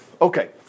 Okay